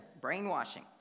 brainwashing